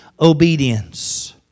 obedience